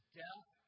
death